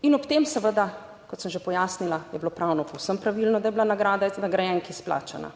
In ob tem seveda, kot sem že pojasnila, je bilo pravno povsem pravilno, da je bila nagrada nagrajenki izplačana.